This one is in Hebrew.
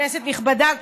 כנסת נכבדה,